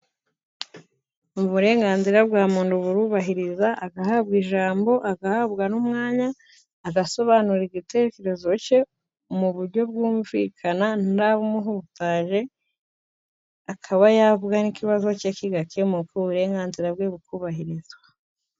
Uburenganzira bwa muntu burubahirizwa, agahabwa ijambo agahabwa n'umwanya agasobanura igitekerezo ke mu buryo bwumvikana, nta we umuhutaje akaba yavuga n'ikibazo ke kigakemuka, uburenganzira bwe bukubahirizwa.